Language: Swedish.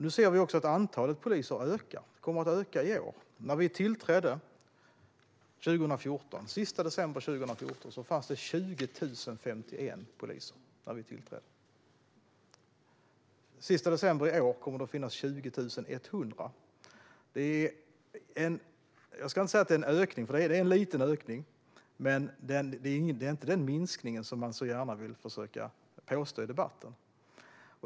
Nu ser vi också att antalet poliser har ökat och kommer att öka i år. Vi tillträdde 2014. Den sista december 2014 fanns 20 051 poliser. Den sista december i år kommer det att finnas 20 100. Jag ska inte säga att det är en ökning, fast det är en liten ökning. Det är i alla fall inte den minskning som man så gärna vill försöka påstå i debatten.